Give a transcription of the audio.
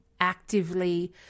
actively